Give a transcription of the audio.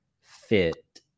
fit